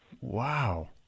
Wow